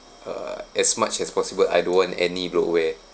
uh as much as possible I don't want any bloatware